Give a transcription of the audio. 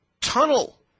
tunnel